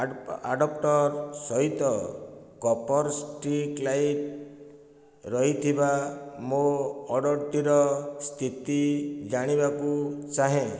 adaptor ସହିତ copper street light ରହିଥିବା ମୋ ଅର୍ଡ଼ର୍ଟିର ସ୍ଥିତି ଜାଣିବାକୁ ଚାହେଁ